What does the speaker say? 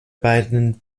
beiden